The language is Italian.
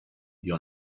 dio